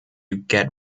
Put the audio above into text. get